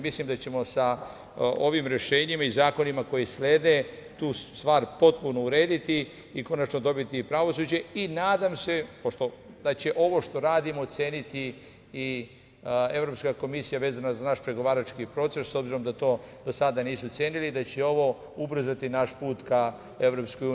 Mislim da ćemo sa ovim rešenjima i zakonima koji slede tu stvar potpuno urediti i konačno dobiti pravosuđe i nadam se da će ovo što radimo oceniti i Evropska komisija vezana za naš pregovarački proces, s obzirom da to do sada nisu ocenili, da će ovo ubrzati naš put ka EU.